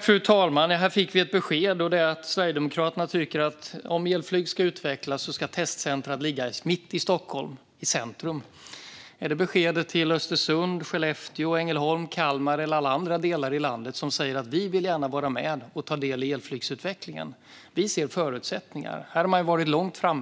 Fru talman! Här fick vi ett besked, och det är att Sverigedemokraterna tycker att testcentret för utveckling av elflyg ska ligga mitt i Stockholm. Är det beskedet till Östersund, Skellefteå, Ängelholm, Kalmar och andra platser i landet som vill vara med i elflygsutvecklingen och har förutsättningar för